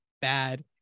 bad